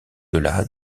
delà